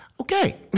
Okay